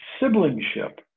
siblingship